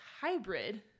hybrid